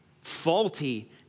faulty